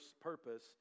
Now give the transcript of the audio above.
purpose